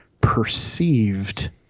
perceived